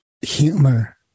humor